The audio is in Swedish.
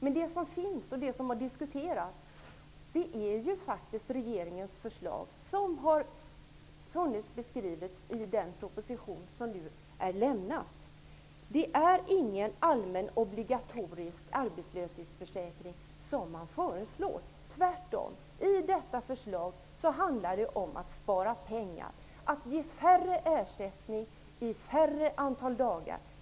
Men det som föreligger och som diskuteras är faktiskt regeringens förslag, ett förslag som beskrivs i den av regeringen lämnade propositionen. Regeringen föreslår ingen allmän obligatorisk arbetslöshetsförsäkring, tvärtom. Förslaget handlar om att spara pengar, att ge färre människor ersättning under ett färre antal dagar.